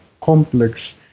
complex